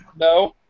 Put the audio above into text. No